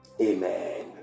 Amen